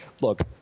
Look